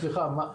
סליחה,